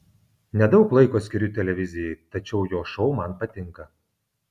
nedaug laiko skiriu televizijai tačiau jo šou man patinka